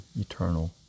eternal